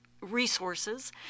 resources